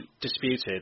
disputed